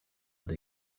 that